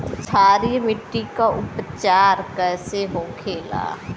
क्षारीय मिट्टी का उपचार कैसे होखे ला?